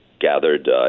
gathered